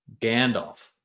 Gandalf